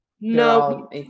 no